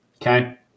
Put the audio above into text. Okay